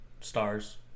stars